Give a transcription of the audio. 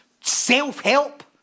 self-help